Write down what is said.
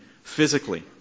physically